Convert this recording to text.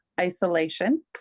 isolation